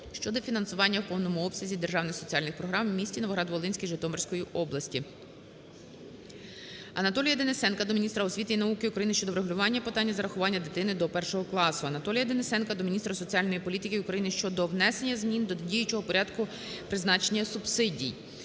щодо фінансування у повному обсязі державних соціальних програм в місті Новоград-Волинський Житомирської області. Анатолія Денисенка до міністра освіти і науки України щодо врегулювання питання зарахування дитини до першого класу. Анатолія Денисенка до міністра соціальної політики України щодо внесення змін до діючого порядку призначення субсидій.